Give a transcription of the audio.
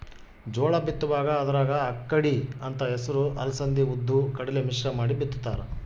ಜೋಳ ಬಿತ್ತುವಾಗ ಅದರಾಗ ಅಕ್ಕಡಿ ಅಂತ ಹೆಸರು ಅಲಸಂದಿ ಉದ್ದು ಕಡಲೆ ಮಿಶ್ರ ಮಾಡಿ ಬಿತ್ತುತ್ತಾರ